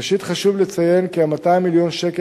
ראשית חשוב לציין כי 200 מיליון השקלים